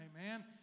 amen